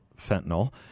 fentanyl